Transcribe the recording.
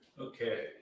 Okay